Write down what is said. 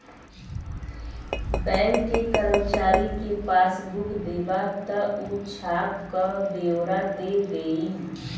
bank के करमचारी के पासबुक देबा त ऊ छाप क बेओरा दे देई